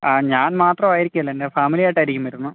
ആ ഞാൻ മാത്രമായിരിക്കില്ല എൻ്റെ ഫാമിലിയായിട്ട് ആയിരിക്കും വരുന്നത്